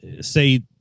say